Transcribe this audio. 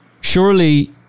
Surely